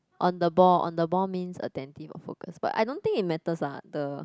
on the ball on the ball means attentive or focus but I don't think it matters lah the